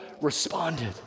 responded